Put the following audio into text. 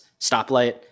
stoplight